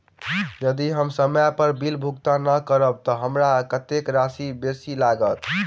यदि हम समय पर बिल भुगतान नै करबै तऽ हमरा कत्तेक राशि बेसी लागत?